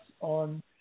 on